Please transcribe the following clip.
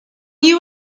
you